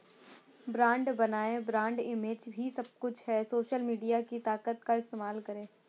brand बनाएं, brand image ही सब कुछ है, सोशल मीडिया की ताकत का इस्तेमाल करें